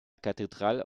cathédrale